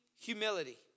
humility